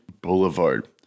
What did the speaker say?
boulevard